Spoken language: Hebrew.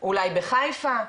אולי בחיפה,